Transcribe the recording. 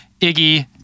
Iggy